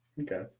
Okay